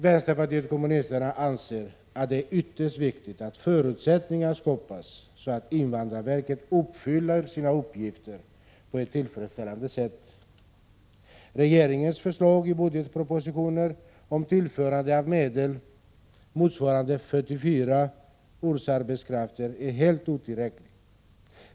Vpk anser att det är ytterst viktigt att förutsättningar skapas för att invandrarverket skall kunna fullgöra sina uppgifter på ett tillfredsställande sätt. Regeringens förslag i budgetpropositionen om tillförande av medel motsvarande 44 årsarbetskrafter är helt otillräckligt.